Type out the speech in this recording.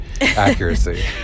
accuracy